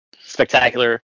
spectacular